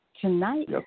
Tonight